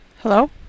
Hello